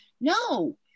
No